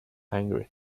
angry